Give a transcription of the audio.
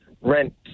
rent